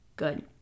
good